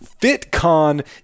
FitCon